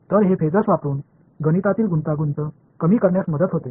तर हे फेजर्स वापरुन गणितातील गुंतागुंत कमी करण्यास मदत होते